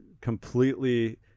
completely